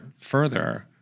further